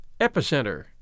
epicenter